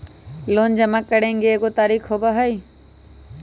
Loan जमा करेंगे एगो तारीक होबहई?